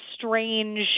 strange